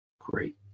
Great